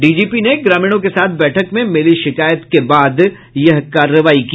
DGP ने ग्रामीणों के साथ बैठक में मिली शिकायत के बाद यह कार्रवाई की